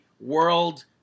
World